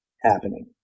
happening